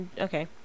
okay